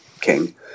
king